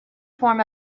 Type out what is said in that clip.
form